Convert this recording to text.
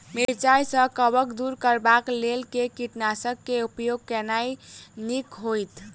मिरचाई सँ कवक दूर करबाक लेल केँ कीटनासक केँ उपयोग केनाइ नीक होइत?